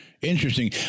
Interesting